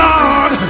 God